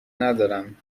ندارم